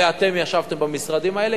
ואתם ישבתם במשרדים האלה,